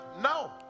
no